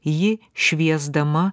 ji šviesdama